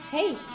Hey